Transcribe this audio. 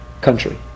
country